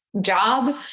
job